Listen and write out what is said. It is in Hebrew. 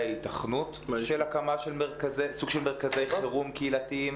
היתכנות הקמה של סוג של מרכזי חירום קהילתיים,